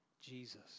Jesus